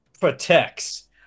protects